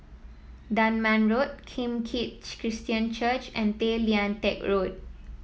Dunman Road Kim Keat Christian Church and Tay Lian Teck Road